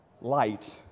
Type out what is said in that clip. light